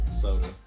soda